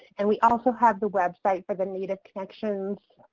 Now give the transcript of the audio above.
and we also have the website for the native connections,